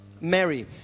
Mary